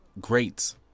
greats